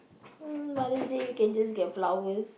mm Mother's Day you can just get flowers